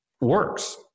works